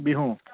Bihu